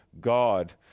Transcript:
God